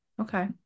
okay